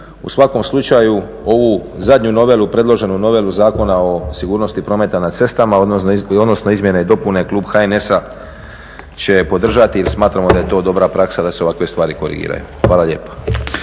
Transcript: U svakom slučaju ovu zadnju novelu, predloženu novelu Zakona o sigurnosti prometa na cestama, odnosno izmjene i dopune klub HNS-a će podržati jer smatramo da je to dobra praksa da se ovakve stvari korigiraju. Hvala lijepo.